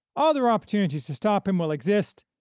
other opportunities to stop him will exist,